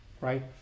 right